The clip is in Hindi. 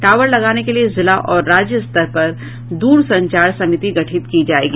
टावर लगाने के लिये जिला और राज्य स्तर पर दूरसंचार समिति गठित की जायेगी